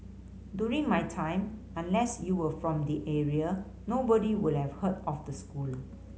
during my time unless you were from the area nobody would have heard of the school